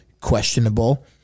questionable